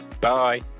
Bye